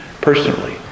personally